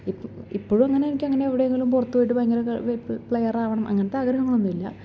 ഇപ്പോഴും അങ്ങനെ എനിക്ക് അങ്ങനെ എവിടെ എങ്കിലും പുറത്ത് പോയിട്ട് ഭയങ്കര പ്ലെയർ ആവണം അങ്ങനത്തെ ആഗ്രഹങ്ങൾ ഒന്നുമില്ല